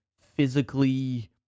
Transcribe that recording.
physically